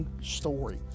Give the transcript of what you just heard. story